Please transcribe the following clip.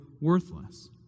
worthless